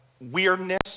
weirdness